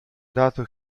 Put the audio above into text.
dato